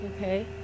okay